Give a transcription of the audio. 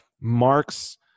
Marx